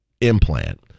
implant